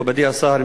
מכובדי השר,